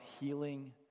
healing